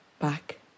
back